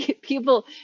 People